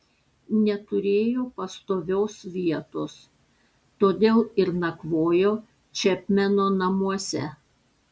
neturėjo pastovios vietos todėl ir nakvojo čepmeno namuose